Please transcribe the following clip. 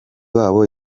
wabo